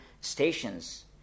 stations